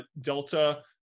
Delta